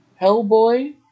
Hellboy